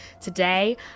today